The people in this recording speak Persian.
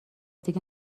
دیگه